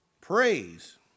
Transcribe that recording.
Praise